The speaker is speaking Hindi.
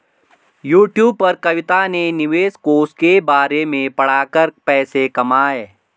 यूट्यूब पर कविता ने निवेश कोष के बारे में पढ़ा कर पैसे कमाए